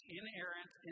inerrant